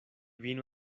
vino